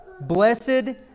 Blessed